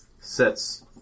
sets